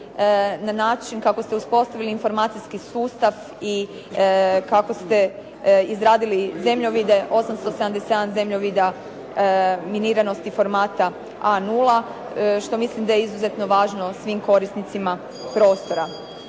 na način kako ste uspostavili informacijski sustav i kako ste izradili zemljovide, 877 zemljovida miniranosti formata A0 što mislim da je izuzetno važno svim korisnicima prostora.